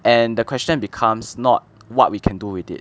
and the question becomes not what we can do with it